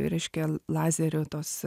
reiškia lazerio tos